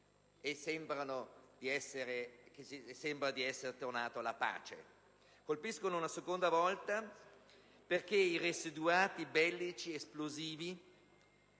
Grazie,